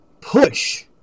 push